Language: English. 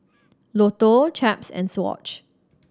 Lotto Chaps and Swatch